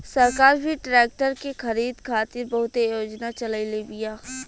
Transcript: सरकार भी ट्रेक्टर के खरीद खातिर बहुते योजना चलईले बिया